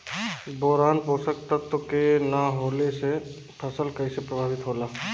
Boron पोषक तत्व के न होला से फसल कइसे प्रभावित होला?